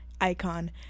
icon